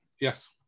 Yes